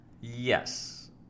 Yes